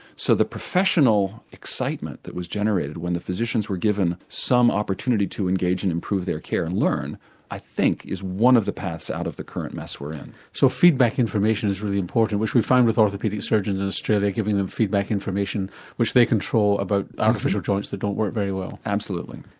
so the professional excitement that was generated when the physicians were given some opportunity to engage and improve their care and learn i think is one of the paths out of the current mess we're in. so feedback information is really important which we found with orthopaedic surgeons in australia giving them feedback information which they control about artificial joints that don't work very well. absolutely.